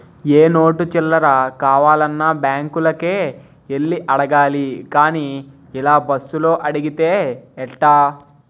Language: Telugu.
ఏ నోటు చిల్లర కావాలన్నా బాంకులకే యెల్లి అడగాలి గానీ ఇలా బస్సులో అడిగితే ఎట్టా